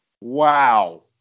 Wow